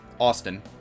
Austin